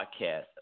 podcast